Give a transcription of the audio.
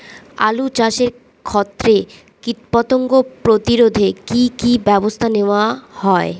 আলু চাষের ক্ষত্রে কীটপতঙ্গ প্রতিরোধে কি কী ব্যবস্থা নেওয়া হয়?